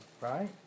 right